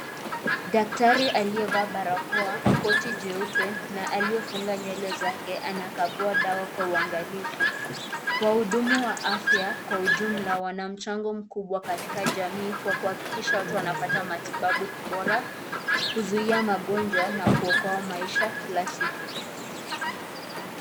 Daktari aliyevaa barakoa, koti jeupe na aliyefunga nywele zake anakagua dawa kwa uangalifu. Wahudumu wa afya kwa ujumla wana mchango mkubwa katika jamii kwa kuhakikisha watu wanapata matibabu bora, kuzuia magonjwa na kuokoa maisha kila siku.